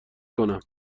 کنم